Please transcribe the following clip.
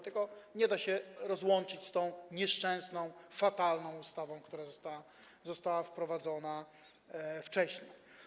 Tego nie da się rozłączyć z tą nieszczęsną, fatalną ustawą, która została wprowadzona wcześniej.